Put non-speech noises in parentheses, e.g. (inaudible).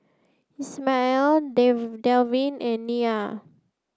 Ismael (unintelligible) Delvin and Nia